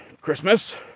Christmas